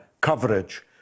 coverage